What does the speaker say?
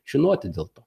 žinoti dėl to